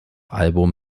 album